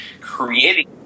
creating